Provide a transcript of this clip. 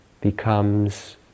becomes